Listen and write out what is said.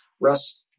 Russ